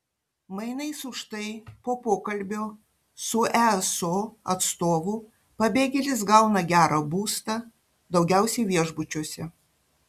mainais už tai po pokalbio su easo atstovu pabėgėlis gauna gerą būstą daugiausiai viešbučiuose